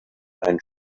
einen